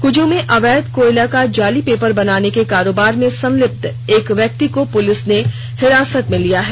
कुजू में अवैध कोयला का जाली पेपर बनाने के कारोबार में संलिप्त एक व्यक्ति को पुलिस ने हिरासत में लिया है